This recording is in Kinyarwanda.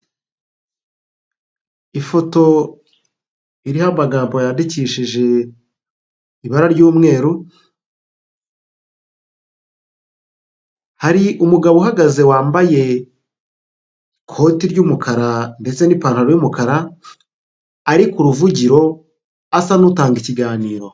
Ifoto iriho amagambo yandikishijwe ibara ry'umweru, hari umugabo uhagaze wambaye ikoti ry'umukara ndetse n'ipantaro y'umukara asa n'utanga ikiganiro.